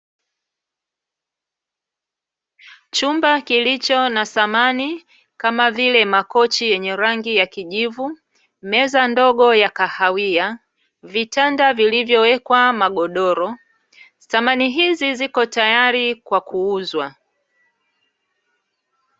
Chumba kilicho na samani kama vile makochi yenye rangi ya kijivu, meza ndogo ya kahawia, vitanda vilivyowekwa magodoro, samani hizi ziko tayari kwa kuuzwa.